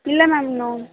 இல்லை மேம் இன்னும்